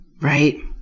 Right